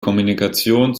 kommunikation